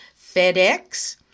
FedEx